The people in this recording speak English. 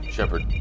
Shepard